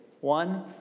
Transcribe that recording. One